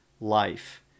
life